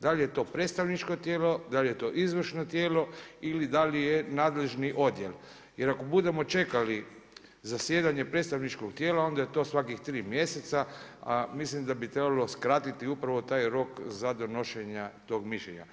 da li je to predstavničko tijelo, da li je to izvršno tijelo ili da li je nadležni odjel jel ako budem čekali zasjedanje predstavničkog tijela onda je to svakih tri mjeseca, a mislim da bi trebalo skratiti upravo taj rok za donošenje tog mišljenja.